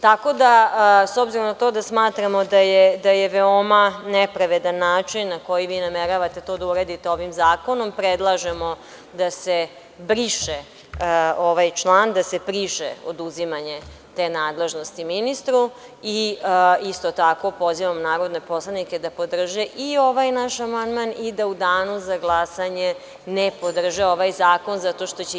Tako da, s obzirom na to da smatramo da je veoma nepravedan način na koji vi nameravate to da uradite ovim zakonom, predlažemo da se briše ovaj član, da se briše oduzimanje te nadležnosti ministru i isto tako pozivam narodne poslanike da podrže i ovaj naš amandman i da u danu za glasanje ne podrže ovaj zakon, jer će ishod biti jednak.